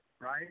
right